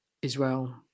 Israel